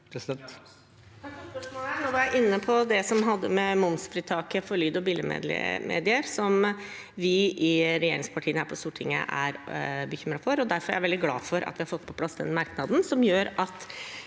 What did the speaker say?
Nå var jeg inne på endring av momsfritak for lyd- og bildemedier, som vi i regjeringspartiene her på Stortinget er bekymret for. Derfor er jeg veldig glad for at vi har fått på plass denne merknaden, noe som gjør at